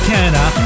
Canada